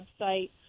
website